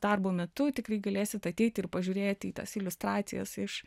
darbo metu tikrai galėsit ateiti ir pažiūrėti į tas iliustracijas iš